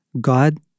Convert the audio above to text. God